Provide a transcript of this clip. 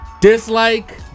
Dislike